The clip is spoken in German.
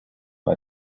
bei